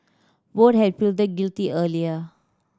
both had pleaded guilty earlier